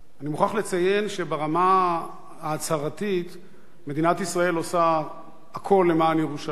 אני מוכרח לציין שברמה ההצהרתית מדינת ישראל עושה הכול למען ירושלים,